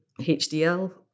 HDL